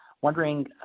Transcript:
Wondering